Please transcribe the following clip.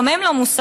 גם הם לא מוסריים,